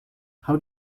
how